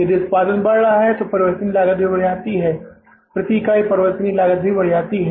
यदि उत्पादन बढ़ रहा है तो परिवर्तनीय लागत भी बढ़ जाती है प्रति इकाई परिवर्तनीय लागत भी बढ़ जाती है